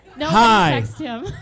hi